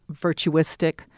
virtuistic